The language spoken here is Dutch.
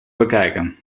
bekijken